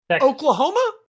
oklahoma